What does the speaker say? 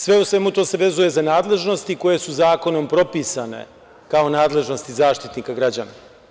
Sve u svemu, to se vezuje za nadležnosti koje su zakonom propisane, kao nadležnost Zaštitnika građana.